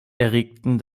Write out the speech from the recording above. erregten